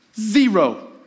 Zero